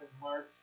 March